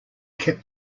kept